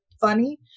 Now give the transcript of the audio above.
funny